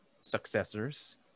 successors